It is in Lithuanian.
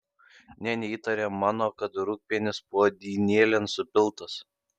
nė neįtaria mano kad rūgpienis puodynėlėn supiltas